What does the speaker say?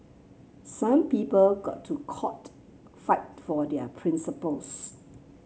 some people go to court fight for their principles